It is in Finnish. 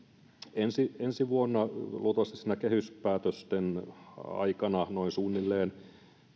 ensi ensi vuonna luultavasti siinä kehyspäätösten aikana noin suunnilleen